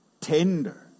tender